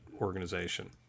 organization